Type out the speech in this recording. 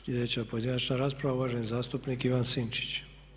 Sljedeća pojedinačna rasprava uvaženi zastupnik Ivan Sinčić.